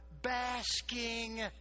basking